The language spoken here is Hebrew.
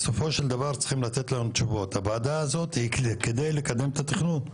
בסופו של דבר צריכים לתת לנו תשובות כדי לקדם את התכנון.